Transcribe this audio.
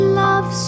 love